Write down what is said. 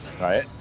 Right